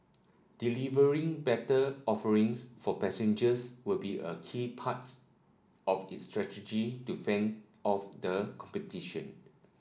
delivering better offerings for passengers will be a key parts of its strategy to fend off the competition